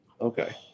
Okay